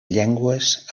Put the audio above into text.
llengües